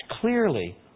clearly